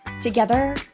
Together